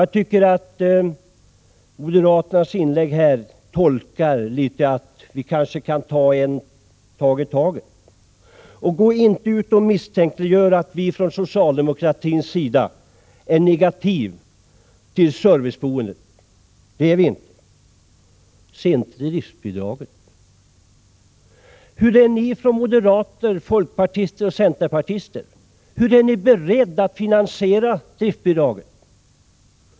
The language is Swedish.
Jag tolkar moderaternas inlägg så att de anser att man kan ta en sak i taget. Misstänkliggör inte oss socialdemokrater för att vara negativa till serviceboende! Det är vi inte. Sedan till frågan om driftbidraget. Hur är ni moderater, folkpartister och centerpartister beredda att finansiera driftbidraget?